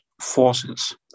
Forces